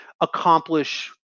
accomplish